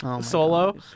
solo